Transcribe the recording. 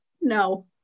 no